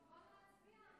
בוא נצביע.